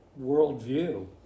worldview